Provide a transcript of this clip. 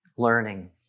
learning